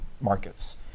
markets